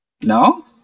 No